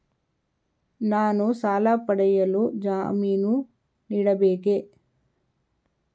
ನಾನು ಸಾಲ ಪಡೆಯಲು ಜಾಮೀನು ನೀಡಬೇಕೇ?